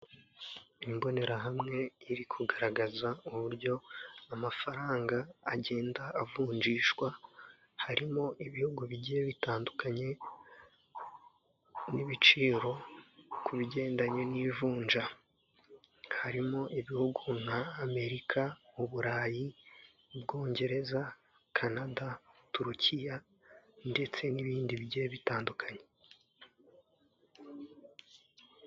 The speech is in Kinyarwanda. Imbonerahamwe iri kugaragaza uburyo amafaranga agenda avunjishwa harimo ibihugu bigiye bitandukanye n'ibiciro ku bigendanye n'ivunja harimo ibihugu nka Amerika, Uburayi Ubwongereza, Kanada, Turukiya ndetse n'ibindi bigiye bitandukanye.